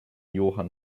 johann